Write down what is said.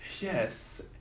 Yes